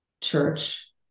church